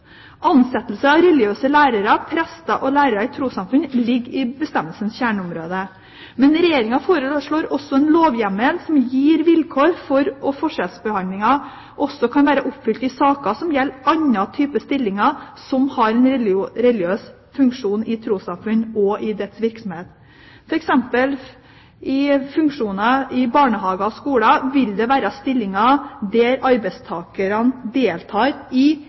Ansettelse av religiøse lærere, prester og lærere i trossamfunn ligger i bestemmelsens kjerneområde. Men Regjeringen foreslår også en lovhjemmel som gir vilkår for at forskjellsbehandlingen kan være oppfylt i saker som gjelder annen type stillinger som har en religiøs funksjon i trossamfunn og dets virksomhet. For eksempel vil det være stillinger i barnehager og skoler der arbeidstakerne deltar i